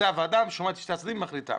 הוועדה מחליטה.